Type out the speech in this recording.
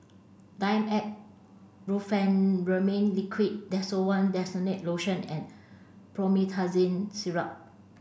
Dimetapp Brompheniramine Liquid Desowen Desonide Lotion and Promethazine Syrup